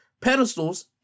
pedestals